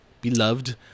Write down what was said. beloved